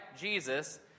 Jesus